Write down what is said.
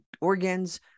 organs